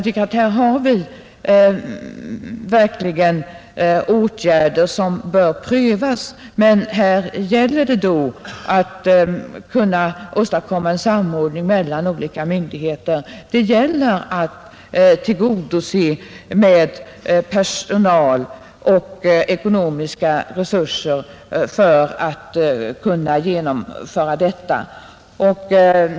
Detta är verkligen åtgärder som bör prövas, men det gäller då att kunna åstadkomma en samordning mellan olika myndigheter. Det gäller att tillgodose med personal och ekonomiska resurser för att detta skall kunna genomföras.